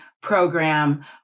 program